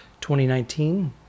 2019